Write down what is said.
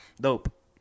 dope